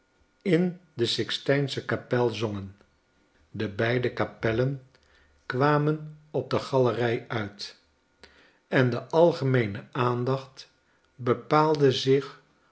in de sixtijnsche kapei zongen de beide kapellen kwamen op de galerij uit en de algemeene aandacht bepaalde zich